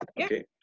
okay